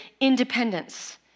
independence